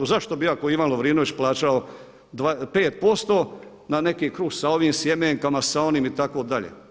Zašto bi ja kao Ivan Lovrinović plaćao 5% na neki kruh sa ovim sjemenkama, sa onim itd.